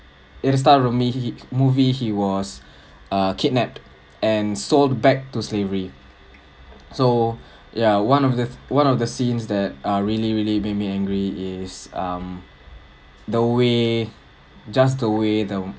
start movie movie he was uh kidnapped and sold back to slavery so ya one of the one of the scenes that err really really makes me angry is um the way just the way though